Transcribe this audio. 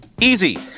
Easy